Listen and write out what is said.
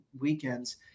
weekends